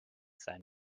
sein